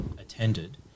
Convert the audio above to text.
attended